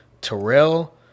terrell